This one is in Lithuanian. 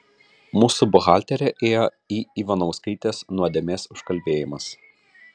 mūsų buhalterė ėjo į ivanauskaitės nuodėmės užkalbėjimas